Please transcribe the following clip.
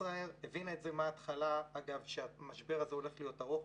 ישראייר הבינה מהתחלה שהמשבר הולך להיות ארוך.